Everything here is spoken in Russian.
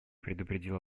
предупредил